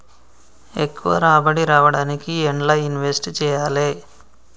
ఎక్కువ రాబడి రావడానికి ఎండ్ల ఇన్వెస్ట్ చేయాలే?